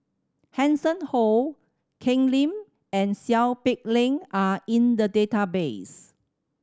Hanson Ho Ken Lim and Seow Peck Leng are in the database